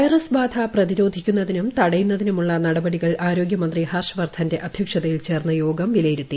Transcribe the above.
virus ബാധ പ്രതിരോധിക്കുന്നതിനും തടയുന്നതിനുമുള്ള നടപടികൾ ആരോഗ്യമന്ത്രി ഹർഷ്വർദ്ധന്റെ അധ്യക്ഷതയിൽ ചേർന്ന യോഗം വിലയിരുത്തി